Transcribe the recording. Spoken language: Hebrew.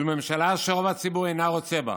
זו ממשלה שרוב הציבור אינו רוצה בה.